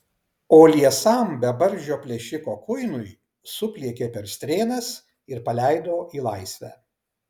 o liesam bebarzdžio plėšiko kuinui supliekė per strėnas ir paleido į laisvę